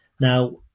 Now